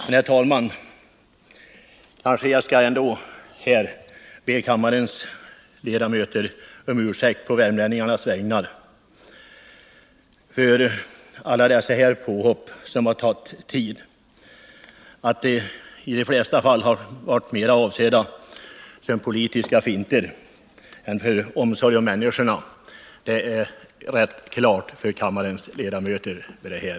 Men, herr talman, jag kanske ändå på värmlänningarnas vägnar skall be kammarens ledamöter om ursäkt för alla de här påhoppen som tagit tid. Att de i de flesta fall mera varit politiska finter än dikterats av omsorg om människorna torde vid det här laget stå klart för kammarens ledamöter.